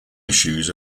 issues